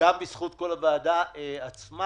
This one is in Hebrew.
גם בזכות כל הוועדה עצמה.